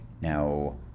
Now